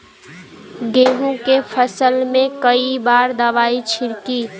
गेहूँ के फसल मे कई बार दवाई छिड़की?